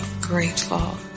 grateful